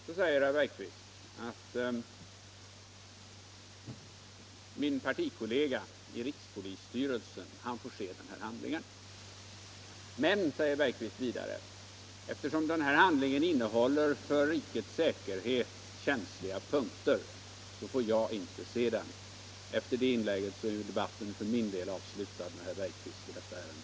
Då säger herr Bergqvist att min partikollega i rikspolisstyrelsen får se denna handling. Men, säger herr Bergqvist vidare, eftersom handlingen innehåller för rikets säkerhet känsliga punkter får jag inte se den. Efter det inlägget är debatten med herr Bergqvist för min del avslutad i detta ärende.